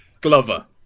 Glover